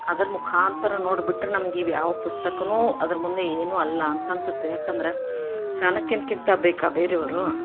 ಅದ್ರ ಮುಖಾಂತರ ನೋಡಿಬಿಟ್ರೆ ನಮಗೆ ಇವು ಯಾವ ಪುಸ್ತಕವೂ ಅದ್ರ ಮುಂದೆ ಏನೂ ಅಲ್ಲ ಅಂತ ಅನ್ಸುತ್ತೆ ಯಾಕಂದರೆ ಚಾಣಕ್ಯನ್ಕಿಂತ ಬೇಕಾ ಬೇರೆಯವರು